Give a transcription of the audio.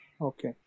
Okay